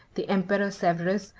the emperor severus,